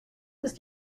ist